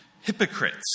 Hypocrites